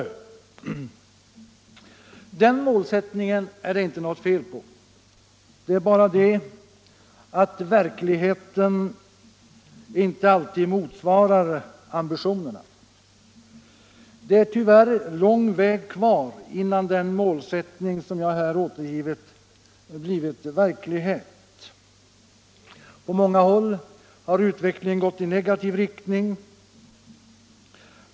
Den målsättningen är det inte något fel på. Det är bara det att verkligheten inte alltid motsvarar ambitionerna. Det är tyvärr lång väg kvar innan den målsättning som jag här återgivit blivit verklighet. På många håll har utvecklingen gått i negativ riktning.